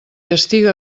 estiga